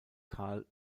carl